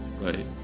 Right